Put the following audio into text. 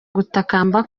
gutakamba